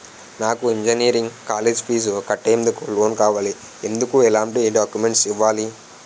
నాకు engineering college fee కట్టేందుకు loan కావాలి, ఎందుకు ఎలాంటి డాక్యుమెంట్స్ ఇవ్వాలి?